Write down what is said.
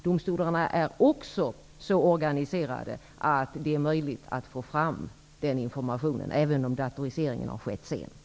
Domstolarna är också så organiserade att det är möjligt att få fram den informationen även om datoriseringen har skett sent.